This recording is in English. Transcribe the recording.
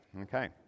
Okay